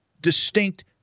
distinct